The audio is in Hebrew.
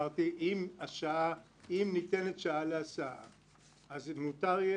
אמרתי שאם ניתנת שעה להסעה אז מותר יהיה